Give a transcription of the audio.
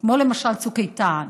למשל צוק איתן,